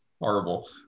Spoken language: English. Horrible